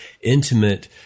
intimate